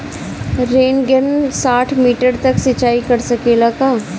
Rain gun साठ metre तक सिचाई कर सकेला का?